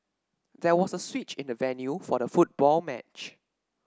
there was a switch in the venue for the football match